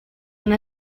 una